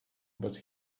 but